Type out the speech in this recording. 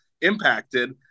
impacted